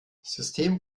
system